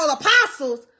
apostles